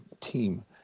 team